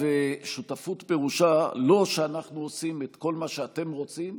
שותפות פירושה לא שאנחנו עושים את כל מה שאתם רוצים,